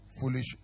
foolish